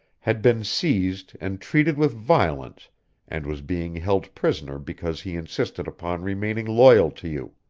had been seized and treated with violence and was being held prisoner because he insisted upon remaining loyal to you.